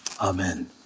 amen